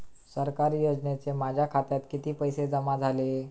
सरकारी योजनेचे माझ्या खात्यात किती पैसे जमा झाले?